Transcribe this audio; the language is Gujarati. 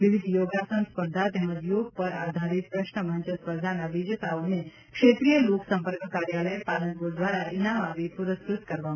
વિવિધ યોગાસન સ્પર્ધા તેમજ યોગ પર આધારિત પ્રશ્નમંચ સ્પર્ધાના વિજેતોને ક્ષેત્રિય લોકસંપર્ક કાર્યાલય પાલનપુર દ્વારા ઈનામ આપી પૂરસ્કૂત કરવામાં આવ્યા હતા